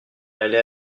allait